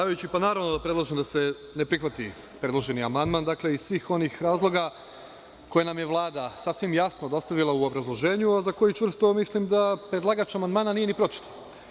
Naravno da predlažem da se ne prihvati predloženi amandman, iz svih onih razloga koje nam je Vlada sasvim jasno dostavila u obrazloženju, a za koji čvrsto mislim da predlagač amandmana nije ni pročitao.